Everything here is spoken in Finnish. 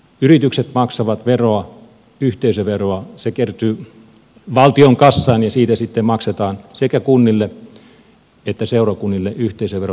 yritykset maksavat veroa yhteisöveroa se kertyy valtion kassaan ja siitä sitten maksetaan sekä kunnille että seurakunnille yhteisövero